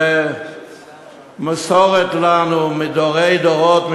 זו מסורת לנו מדורי דורות,